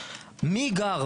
אני לא יודע,